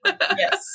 Yes